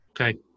okay